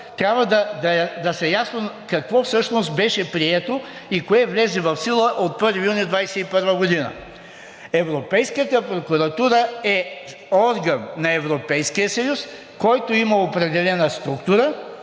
трябва да е ясно какво всъщност беше прието и кое влезе в сила от 1 юни 2021 г. Европейската прокуратура е орган на Европейския съюз, който има определена структура,